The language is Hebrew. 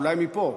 אולי מפה,